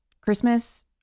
Christmas